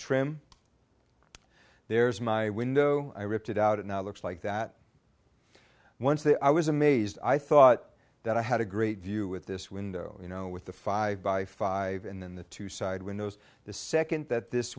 trim there's my window i ripped it out and now looks like that once they i was amazed i thought that i had a great view with this window you know with the five by five and then the two side windows the second that this